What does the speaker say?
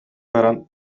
баран